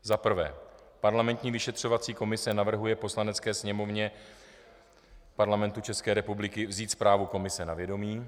I. Parlamentní vyšetřovací komise navrhuje Poslanecké sněmovně Parlamentu České republiky vzít zprávu komise na vědomí.